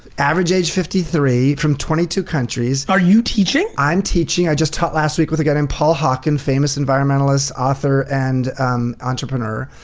average age fifty-three. from twenty-two countries. are you teaching? i'm teaching. i just taught last week with a guy named paul hawken, famous environmentalist, author, and entrepreneur.